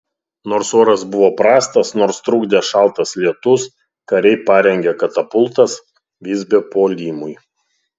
nors oras buvo prastas nors trukdė šaltas lietus kariai parengė katapultas visbio puolimui